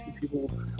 people